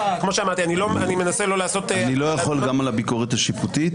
אני לא יכול גם על הביקורת השיפוטית?